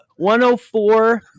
104